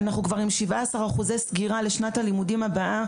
אנחנו כבר עומדים על כ-17% סגירת מסגרות בשנת הלימודים הבאה,